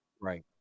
right